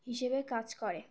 হিসেবে কাজ করে